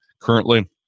currently